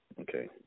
okay